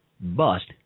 bust